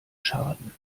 schaden